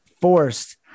forced